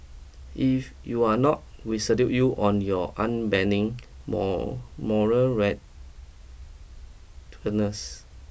if you're not we salute you on your unbending more moral rightness